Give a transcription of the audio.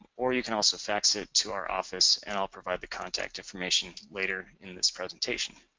or you can also fax it to our office and i'll provide the contact information later in this presentation.